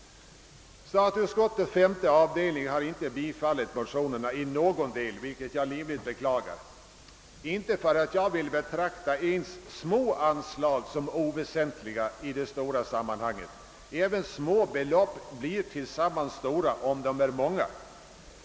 Statsutskottets femte avdelning har inte i någon del biträtt motionerna, vilket jag livligt beklagar. Jag vill visst inte betrakta ens små anslag som oväsentliga i de stora sammanhangen. Även små belopp blir ju tillsammans stora om de är många.